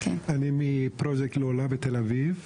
אני מפרויקט לולה של המרכז הגאה בתל אביב.